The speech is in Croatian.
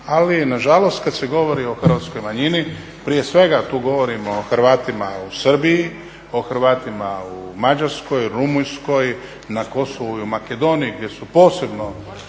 ali nažalost kada se govori o Hrvatskoj manjini prije svega tu govorimo o Hrvatima u Srbiji, o Hrvatima u Mađarskoj, Rumunjskoj, na Kosovu i Makedoniji gdje su posebno